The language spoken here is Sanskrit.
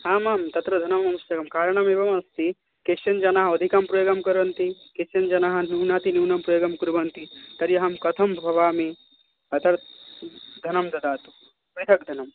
आम् आं तत्र धनम् आवश्यकं कारणम् एवमस्ति केचन जनाः अधिकं प्रयोगं कुर्वन्ति केचन जनाः न्यूनातिन्यूनं प्रयोगं कुर्वन्ति तर्हि अहं कथं भवामि अतः धनं ददातु पृथग् धनं